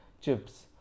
chips